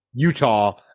Utah